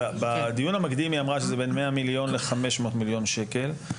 בדיון המקדים היא אמרה שזה בין 100 מיליון ל-500 מיליון שקל.